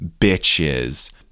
bitches